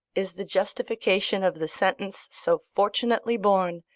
is the justification of the sentence so fortunately born,